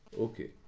Okay